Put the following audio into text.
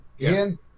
Ian